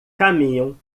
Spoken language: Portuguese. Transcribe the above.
caminham